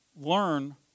learn